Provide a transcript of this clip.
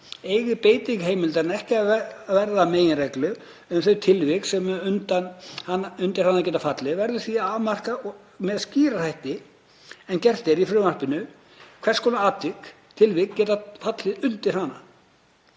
Eigi beiting heimildarinnar ekki að verða meginreglan um þau tilvik sem undir hana geti fallið verði því að afmarka með skýrari hætti en gert sé í frumvarpinu hvers konar tilvik geti fallið undir hana.“